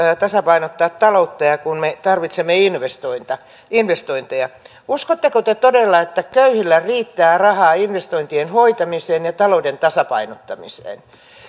tasapainottaa taloutta ja me tarvitsemme investointeja investointeja uskotteko te todella että köyhillä riittää rahaa investointien hoitamiseen ja talouden tasapainottamiseen